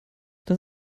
das